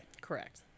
Correct